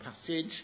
passage